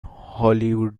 hollywood